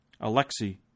Alexei